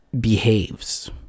behaves